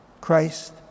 Christ